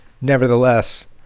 nevertheless